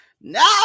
No